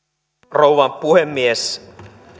rouva puhemies